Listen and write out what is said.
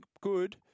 Good